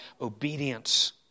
obedience